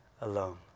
alone